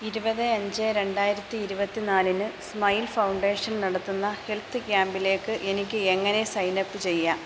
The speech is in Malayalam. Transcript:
ഇരുപത് അഞ്ച് രണ്ടായിരത്തി ഇരുപത്തി നാലിന് സ്മൈൽ ഫൗണ്ടേഷൻ നടത്തുന്ന ഹെൽത്ത് ക്യാമ്പിലേക്ക് എനിക്ക് എങ്ങനെ സൈനപ്പ് ചെയ്യാം